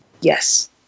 Yes